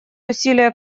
усилия